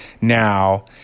now